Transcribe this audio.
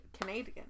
Canadian